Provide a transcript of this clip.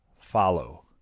follow